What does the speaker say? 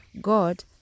God